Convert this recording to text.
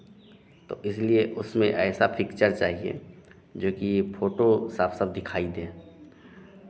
तो इसलिए उसमें ऐसा पिक्चर चाहिए जोकि फोटो साफ साफ दिखाई दे